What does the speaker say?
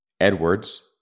Edwards